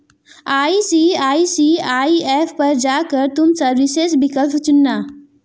ICICI app पर जा कर तुम सर्विसेस विकल्प चुनना